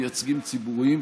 מייצגים ציבורים,